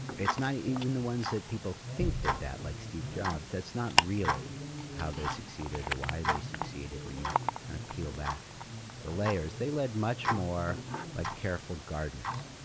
it's not even the ones that people think did that, like steve jobs. that's not really how they succeeded, or why they succeeded, when you kind of peel back the layers. they led much more like careful gardeners.